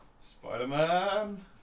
Spider-Man